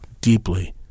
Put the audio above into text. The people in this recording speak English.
deeply